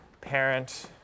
parent